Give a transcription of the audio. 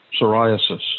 psoriasis